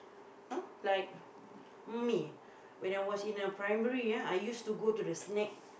!huh! like me when I was in a primary ya I used to got to the snack